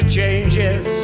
changes